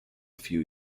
few